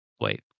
Wait